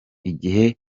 igihe